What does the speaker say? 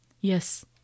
Yes